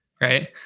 right